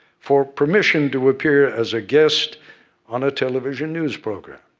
for permission to appear as a guest on a television news program.